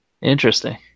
Interesting